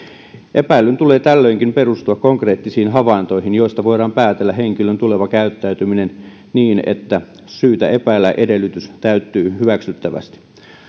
epäilyn tulee tällöinkin perustua konkreettisiin havaintoihin joista voidaan päätellä henkilön tuleva käyttäytyminen niin että syytä epäillä edellytys täyttyy hyväksyttävästi